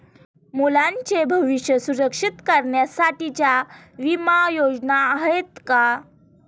मुलांचे भविष्य सुरक्षित करण्यासाठीच्या विमा योजना आहेत का?